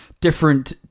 different